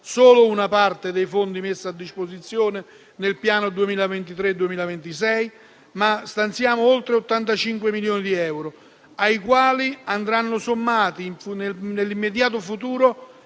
solo una parte dei fondi messi a disposizione nel piano 2023-2026), ma di oltre 85 milioni di euro, ai quali andranno sommati, nell'immediato futuro,